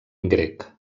grec